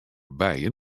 bijen